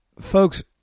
folks